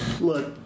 Look